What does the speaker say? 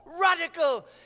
radical